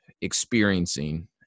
experiencing